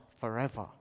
forever